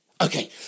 Okay